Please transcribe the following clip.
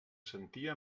sentia